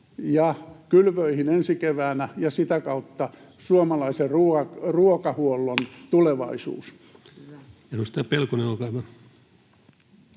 kylvöihin ensi keväänä ja sitä kautta suomalaisen ruokahuollon tulevaisuus.